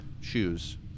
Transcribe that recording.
shoes